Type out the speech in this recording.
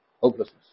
hopelessness